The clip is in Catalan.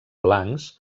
blancs